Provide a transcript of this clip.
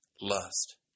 lust